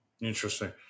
Interesting